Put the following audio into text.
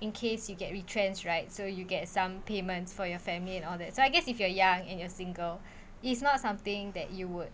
in case you get retrenched right so you get some payments for your family and all that so I guess if you are young and you're single it's not something that you would